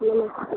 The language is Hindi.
नमस्ते